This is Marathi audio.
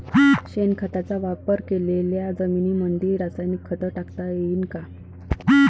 शेणखताचा वापर केलेल्या जमीनीमंदी रासायनिक खत टाकता येईन का?